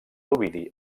ovidi